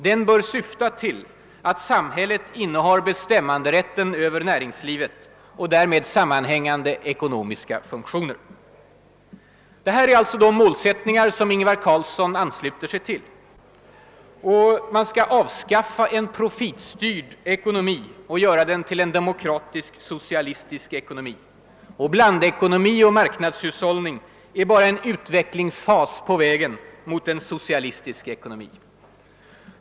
Denna bör syfta till att samhället innehar bestämmanderätten över näringslivet och därmed sammanhängande ekonomiska funktioner.» Detta är alltså de målsättningar som Ingvar Carlsson ansluter sig till. Man skall avskaffa en »profitstyrd» ekonomi och göra den till en »demokratisk socialistisk» ekonomi. Blandekonomi och marknadshushållning är bara en »utvecklingsfas» på vägen mot en »socialistisk ekonomi».